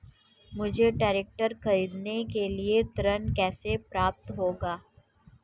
मुझे ट्रैक्टर खरीदने के लिए ऋण कैसे प्राप्त होगा?